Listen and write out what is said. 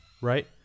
Right